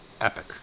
epic